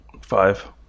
Five